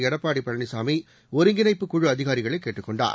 எடப்பாடி பழனிசாமி ஒருங்கிணைப்பு குழு அதிகாரிகளை கேட்டுக் கொண்டார்